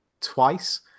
twice